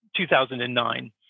2009